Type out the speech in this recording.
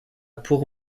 pour